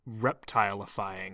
reptilifying